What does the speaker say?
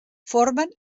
formen